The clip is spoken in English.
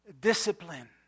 discipline